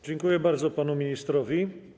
Dziękuję bardzo panu ministrowi.